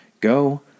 Go